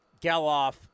Geloff